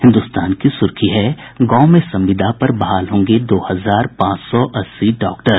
हिन्दुस्तान की सुर्खी है गांव में संविदा पर बहाल होंगे दो हजार पांच सौ अस्सी डॉक्टर